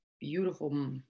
beautiful